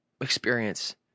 experience